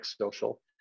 social